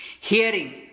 hearing